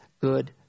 good